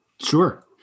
Sure